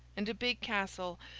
and a big castle,